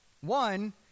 One